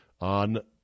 on